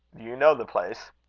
do you know the place?